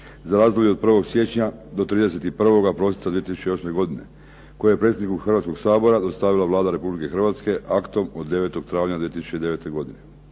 za razdoblje od 1. siječnja do 31. prosinca 2008. godine koje je predsjedniku Hrvatskoga sabora dostavila Vlada Republike Hrvatske aktom od 9. travnja 2009. godine.